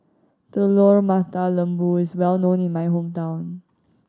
Telur Mata Lembu is well known in my hometown